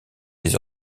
des